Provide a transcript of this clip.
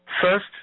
First